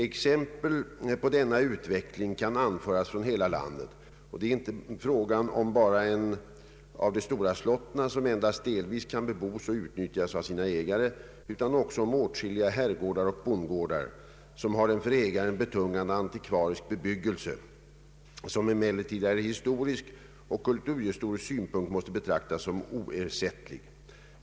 Exempel på denna utveckling kan anföras från hela landet, och det är fråga icke bara om de stora slotten, som endast delvis kan bebos och nyttjas av sina ägare, utan också om åtskilliga herrgårdar och bondgårdar, som har en för ägarna betungande antikvarisk bebyggelse som emellertid ur historisk och kulturhistorisk synpunkt måste betraktas som oersättlig.